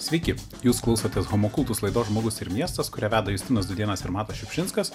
sveiki jūs klausotės homokultus laidos žmogus ir miestas kurią veda justinas dudėnas ir matas šiupšinskas